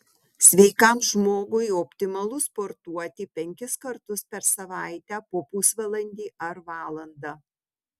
sveikam žmogui optimalu sportuoti penkis kartus per savaitę po pusvalandį ar valandą